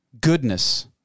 goodness